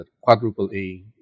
quadruple-A